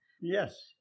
Yes